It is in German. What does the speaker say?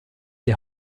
die